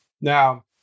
Now